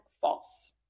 false